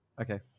Okay